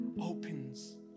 opens